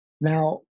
Now